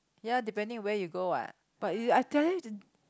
ya depending where you go [what] but I tell you